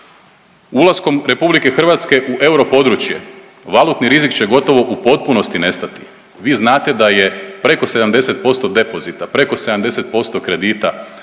Ulaskom RH u europodručje, valutni rizik će gotovo u potpunosti nestati. Vi znate da je preko 70% depozita, preko 70% kredita